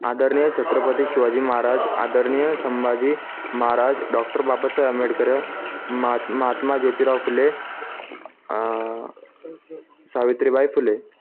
आदरणीय छत्रपती शिवाजी महाराज आदरणीय संभाजी महाराज डॉक्टर बाबासाहेब आंबेडकर म महात्मा ज्योतिराव फुले सावित्रीबाई फुले